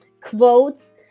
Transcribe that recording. quotes